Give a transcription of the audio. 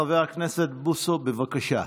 חבר הכנסת בוסו, בבקשה.